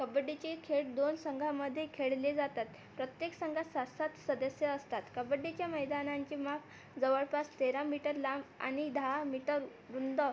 कबड्डीचे खेळ दोन संघामध्ये खेळले जातात प्रत्येक संघात सात सात सदस्य असतात कबड्डीच्या मैदानांची माप जवळपास तेरा मीटर लांब आणि दहा मीटर रुंद